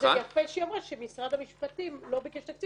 זה יפה שהיא אמרה שמשרד המשפטים לא ביקש תקציב